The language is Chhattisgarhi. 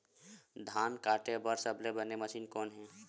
धान काटे बार सबले बने मशीन कोन हे?